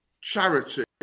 charity